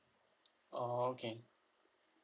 oh okay